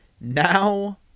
now